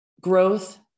growth